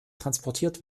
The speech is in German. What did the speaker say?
transportiert